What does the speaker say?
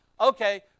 Okay